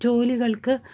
ജോലികൾക്ക്